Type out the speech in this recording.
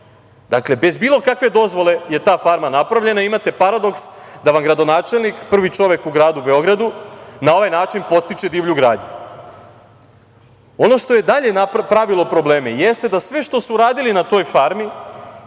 Dakle, bez bilo kakve dozvole je ta farma napravljena. Imate paradoks da vam gradonačelnik, prvi čovek u gradu Beogradu na ovaj način podstiče divlju gradnju. Ono što je dalje pravilo probleme jeste da sve što su radili na toj farmi